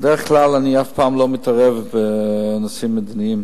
בדרך כלל אני אף פעם לא מתערב בנושאים מדיניים.